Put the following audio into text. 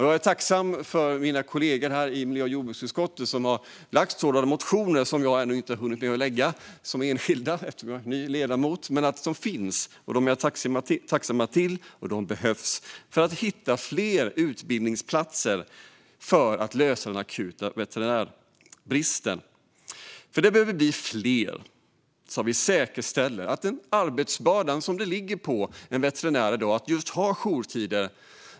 Jag är tacksam för de kollegor i jordbruksutskottet som har lagt fram motioner om detta, vilket jag som enskild ledamot själv inte hunnit göra då jag är ny. De finns dock - det är jag tacksam för - och de behövs för att det ska bli fler utbildningsplatser så att den akuta veterinärbristen kan lösas. Veterinärerna behöver bli fler så att vi kan säkerställa att den arbetsbörda som i dag ligger på dem på grund av jourtider minskar.